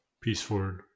peaceful